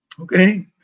Okay